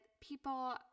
people